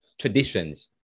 traditions